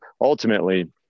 ultimately